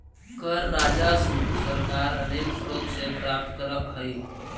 कर राजस्व सरकार अनेक स्रोत से प्राप्त करऽ हई